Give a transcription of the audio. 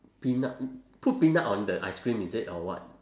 peanut put peanut on the ice cream is it or what